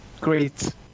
great